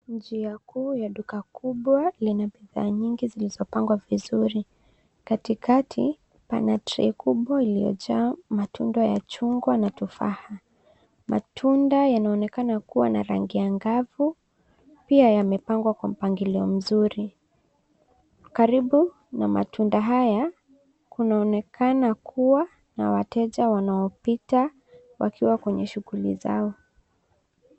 Njia kuu ya duka kubwa lenye bidhaa nyingi zilizopangwa vizuri. Katikati, pana trei kubwa iliyojaa matunda ya chungwa na tufaha. Matunda yanaonekana kuwa na rangi ang’avu, pia yamepangwa kwa mpangilio mzuri. Karibu na matunda haya, kunaonekana kuwa na wateja wanaopita wakiwa kwenye shughuli zao.